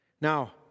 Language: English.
Now